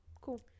cool